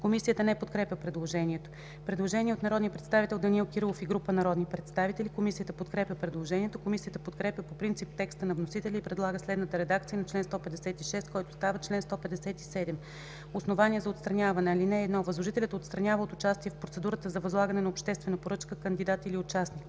Комисията не подкрепя предложението. Предложение от народния представител Данаил Кирилов и група народни представители. Комисията подкрепя предложението. Комисията подкрепя по принцип текста на вносителя и предлага следната редакция на чл. 156, който става чл. 157: „Основания за отстраняване Чл. 157. (1) Възложителят отстранява от участие в процедура за възлагане на обществена поръчка кандидат или участник: